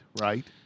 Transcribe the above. right